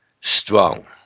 strong